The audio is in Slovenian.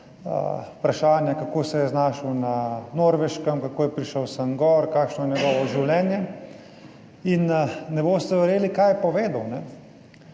(nadaljevanje) se je znašel na Norveškem, kako je prišel sem gor, kakšno je njegovo življenje? In ne boste verjeli, kaj je povedal.